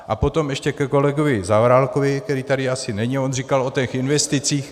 A potom ještě ke kolegovi Zaorálkovi, který tady asi není, on říkal o těch investicích...